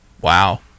Wow